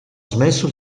smesso